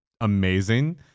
amazing